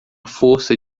força